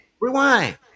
rewind